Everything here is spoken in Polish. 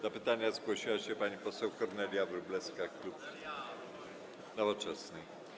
Do pytania zgłosiła się pani poseł Kornelia Wróblewska, klub Nowoczesna.